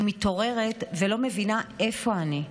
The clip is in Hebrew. אני מתעוררת ולא מבינה איפה אני.